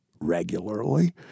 regularly